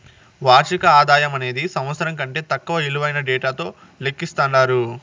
వార్షిక ఆదాయమనేది సంవత్సరం కంటే తక్కువ ఇలువైన డేటాతో లెక్కిస్తండారు